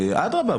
אדרבה,